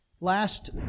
Last